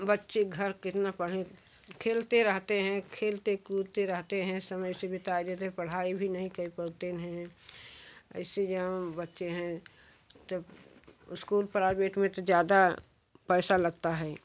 बच्चे घर कितना पढ़ें खेलते रहते हैं खेलते कूदते रहते हैं समय ऐसे बिता देते हैं पढ़ाई भी नहीं कर पाते हैं ऐसी जहाँ बच्चे हैं तब स्कूल प्राइवेट में तो ज़्यादा पैसा लगता है